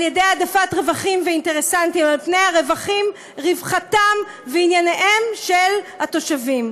ידי העדפת רווחים ואינטרסנטים על רווחתם וענייניהם של התושבים.